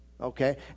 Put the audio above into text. okay